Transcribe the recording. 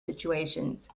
situations